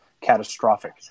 catastrophic